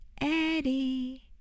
Eddie